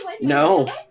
No